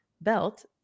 belt